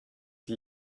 die